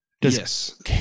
Yes